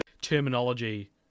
terminology